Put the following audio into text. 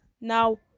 now